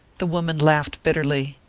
the woman laughed bitterly.